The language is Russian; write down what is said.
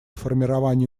формирования